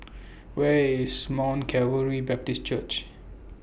Where IS Mount Calvary Baptist Church